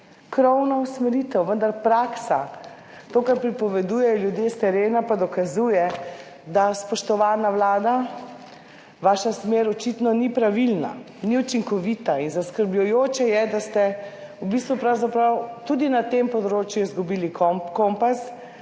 Krovna usmeritev, vendar praksa, to kar pripovedujejo ljudje s terena, pa dokazuje, da spoštovana Vlada, vaša smer očitno ni pravilna, ni učinkovita in zaskrbljujoče je, da ste v bistvu pravzaprav tudi na tem področju izgubili kompas,